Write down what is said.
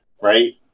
right